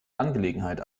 angelegenheit